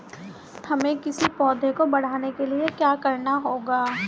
हमें किसी पौधे को बढ़ाने के लिये क्या करना होगा?